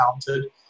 talented